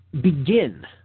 begin